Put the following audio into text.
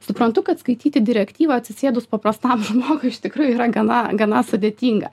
suprantu kad skaityti direktyvą atsisėdus paprastam žmogui iš tikrųjų yra gana gana sudėtinga